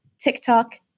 TikTok